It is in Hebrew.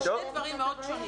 אלו שני דברים מאוד שונים.